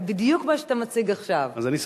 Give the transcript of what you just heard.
בדיוק מה שאתה מציג עכשיו.